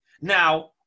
Now